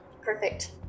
Perfect